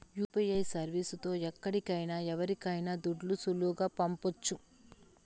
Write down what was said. UPI service తో ఎక్కడికైనా ఎవరికైనా దుడ్లు సులువుగా పంపొచ్చు